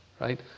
right